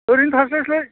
ओरैनो थास्लाय स्लाय